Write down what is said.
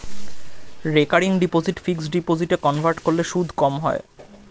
recurring deposit fixed ডিপোজিটে convert করলে সুদ কম হয়